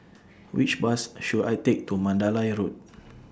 Which Bus should I Take to Mandalay Road